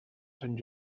sant